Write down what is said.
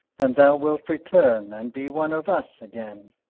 and thou wilt return and be one of us again.